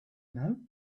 know